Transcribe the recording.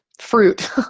fruit